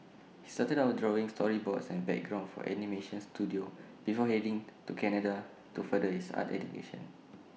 started out drawing storyboards and backgrounds for animation Studio before heading to Canada to further his art education